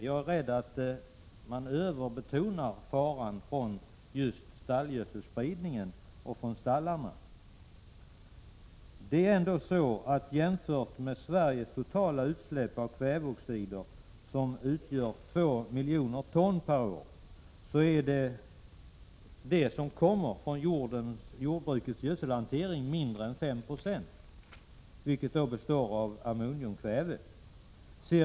Jag är rädd att man överbetonar faran när det gäller just stallgödselspridningen. Av Sveriges totala utsläpp av kväveoxider, som utgör 2 miljoner ton per år, kommer mindre än 5 96 från jordbrukets gödselhantering och består av ammoniumkväve.